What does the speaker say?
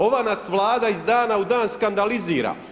Ova nas vlada iz dana u dan skandalizira.